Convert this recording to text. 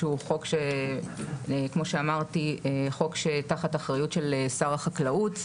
שהוא חוק שכמו שאמרתי הוא תחת אחריות של שר החקלאות.